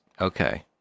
Okay